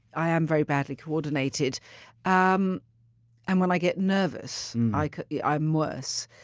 i am very badly coordinated um and when i get nervous like yeah i'm worse.